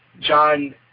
John